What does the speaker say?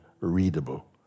readable